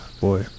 boy